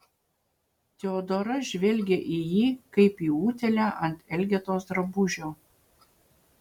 teodora žvelgė į jį kaip į utėlę ant elgetos drabužio